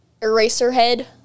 Eraserhead